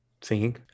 singing